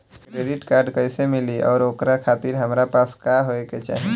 Credit card कैसे मिली और ओकरा खातिर हमरा पास का होए के चाहि?